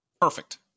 Perfect